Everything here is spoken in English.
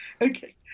Okay